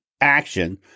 Action